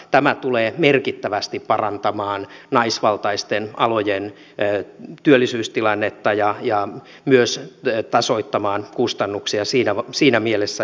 tämä tulee merkittävästi parantamaan naisvaltaisten alojen työllisyystilannetta ja myös tasoittamaan kustannuksia siinä mielessä